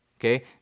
Okay